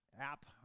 app